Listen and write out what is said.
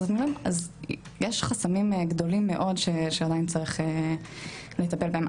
אז יש חסמים גדולים מאוד שעדיין צריך לטפל בהם.